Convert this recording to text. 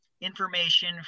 information